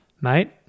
Mate